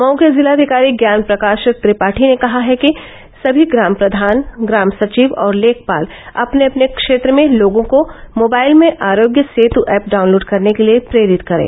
मऊ के जिलाधिकारी ज्ञान प्रकाश त्रिपाठी ने कहा है कि सभी ग्राम प्रधान ग्राम सचिव और लेखपाल अपने अपने क्षेत्र में लोगों को मोबाइल में आरोग्य सेत् ऐप डाउनलोड करने के लिए प्रेरित करें